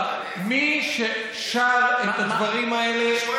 אני אומר לך: מי ששר את הדברים האלה, איפה?